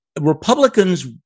Republicans